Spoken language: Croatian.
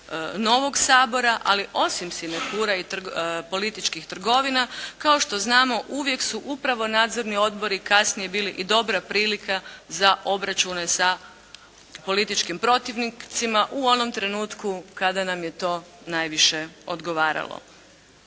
novog Sabora. Ali osim sinekura i političkih trgovina kao što znamo uvijek su upravo nadzorni odbori kasnije bili i dobra prilika za obračune sa političkim protivnicima, u onom trenutku kada nam je to najviše odgovaralo.